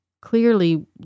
clearly